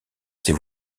ces